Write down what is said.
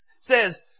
says